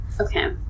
Okay